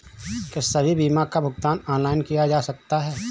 क्या सभी बीमा का भुगतान ऑनलाइन किया जा सकता है?